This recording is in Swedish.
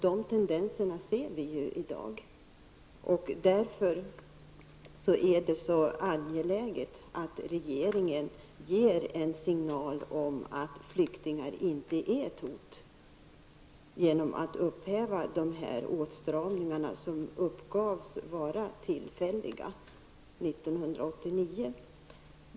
De tendenserna ser vi också i dag, och därför är det angeläget att regeringen genom att upphäva de åtstramningar som 1989 uppgavs vara tillfälliga ge en signal om att flyktingar inte är ett hot.